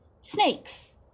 snakes